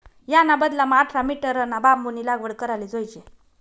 याना बदलामा आठरा मीटरना बांबूनी लागवड कराले जोयजे